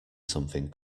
something